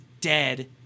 dead